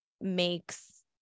makes